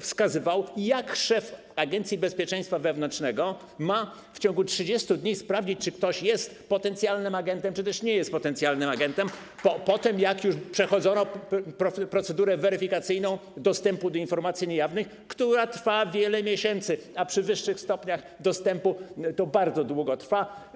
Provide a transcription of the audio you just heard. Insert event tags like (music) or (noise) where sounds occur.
wskazywał, jak szef Agencji Bezpieczeństwa Wewnętrznego ma w ciągu 30 dni sprawdzić, czy ktoś jest potencjalnym agentem, czy też nie jest potencjalnym agentem, (applause) po tym jak już przechodzono procedurę weryfikacyjną dostępu do informacji niejawnych, która trwa wiele miesięcy, a przy wyższych stopniach dostępu to bardzo długo trwa.